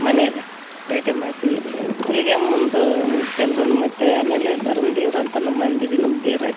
ಮನೆಯಾಗ ಬೇಟೆ ಮಾಡ್ತೀವಿ ಹುಲಿಗೆಮ್ಮಂದು ಮುಗಿಸ್ಕೊಂಡ್ ಮತ್ತು ಆಮೇಲೆ ಭರಮ ದೇವ್ರು ಅಂತ ನಮ್ಮ ಮಂದಿರ ನಮ್ಮ ದೇವ್ರು ಐತೆ